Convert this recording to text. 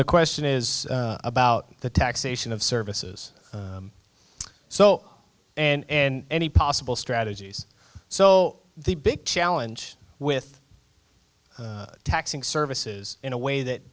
the question is about the taxation of services so and any possible strategies so the big challenge with taxing services in a way that